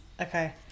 okay